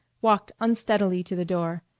walked unsteadily to the door,